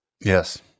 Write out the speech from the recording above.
Yes